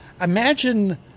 imagine